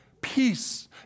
Peace